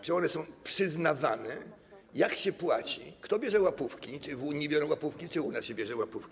Czy one są przyznawane, jak się płaci, kto bierze łapówki, czy w Unii biorą łapówki, czy u nas się bierze łapówki?